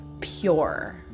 pure